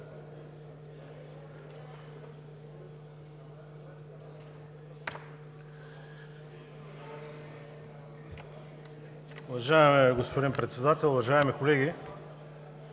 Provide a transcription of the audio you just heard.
Уважаеми господин Председател, уважаеми колеги!